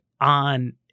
on